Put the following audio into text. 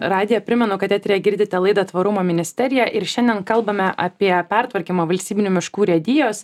radiją primenu kad eteryje girdite laidą tvarumo ministerija ir šiandien kalbame apie pertvarkymą valstybinių miškų urėdijos